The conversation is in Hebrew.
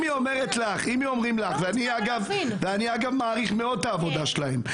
אני מעריך מאוד את העבודה שלהם,